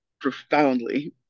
profoundly